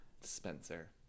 Spencer